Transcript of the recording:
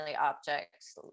objects